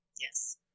Yes